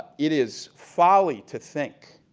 it is folly to think,